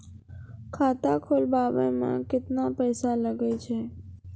खाता खोलबाबय मे केतना पैसा लगे छै?